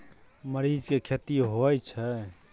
मरीच के खेती होय छय?